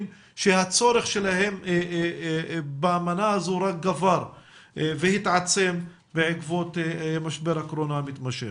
שהצורך שלהם במנה הזאת רק גבר והתעצם בעקבות משבר הקורונה המתמשך.